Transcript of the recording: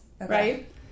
right